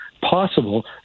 possible